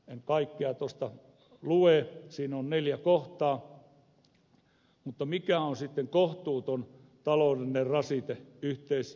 en kaikkea tuosta lue siinä on neljä kohtaa mutta mikä on sitten kohtuuton taloudellinen rasite yleispalveluyritykselle